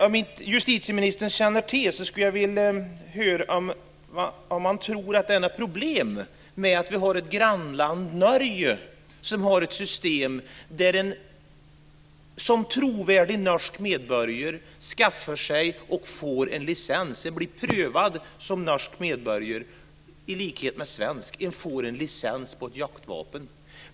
Om justitieministern känner till det skulle jag vilja höra om han tror att det är några problem med att vi har ett grannland, Norge, som har ett system där man som trovärdig norsk medborgare skaffar sig och får en licens. Man blir prövad som norsk medborgare, i likhet med i Sverige, och får en licens på ett jaktvapen.